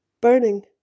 burning